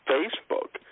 Facebook